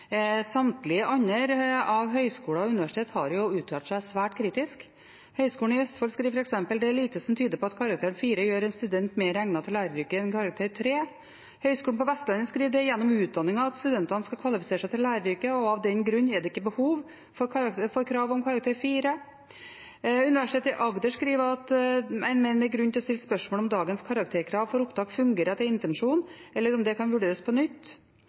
Samtlige andre av høyskoler og universiteter har jo uttalt seg svært kritisk. Høyskolen i Østfold skriver f.eks.: «Det er lite som tyder på at karakteren 4 gjør en student mer egnet til læreryrket enn karakteren 3.» Høyskolen på Vestlandet skriver: «Det er gjennom utdanninga at studentene skal kvalifisere seg til læreryrket, og av den grunn er det ikke behov for krav om karakter 4 i matematikk.» Universitetet i Agder skriver at en «mener det er grunn til å stille spørsmål om dagens karakterkrav for opptak fungerer etter intensjonen eller om dette kan vurderes på nytt».